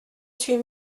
suis